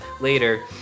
Later